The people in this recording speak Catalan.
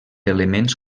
elements